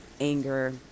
anger